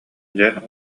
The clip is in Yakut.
дьэ